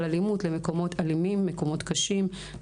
האלימות למקומות אלימים ולמקומות קשים.